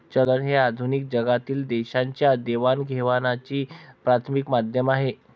चलन हे आधुनिक जगातील देशांच्या देवाणघेवाणीचे प्राथमिक माध्यम आहे